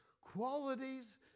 qualities